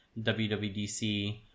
WWDC